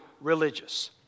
religious